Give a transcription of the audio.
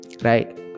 Right